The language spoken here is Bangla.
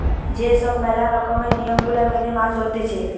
যে সব ম্যালা রকমের নিয়ম গুলা মেনে মাছ ধরতিছে